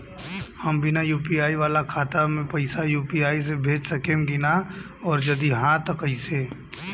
हम बिना यू.पी.आई वाला खाता मे पैसा यू.पी.आई से भेज सकेम की ना और जदि हाँ त कईसे?